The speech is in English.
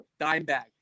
Dimebag